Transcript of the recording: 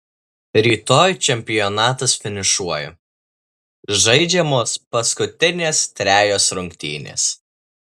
rytoj čempionatas finišuoja žaidžiamos paskutinės trejos rungtynės